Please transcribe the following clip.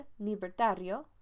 libertario